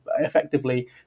effectively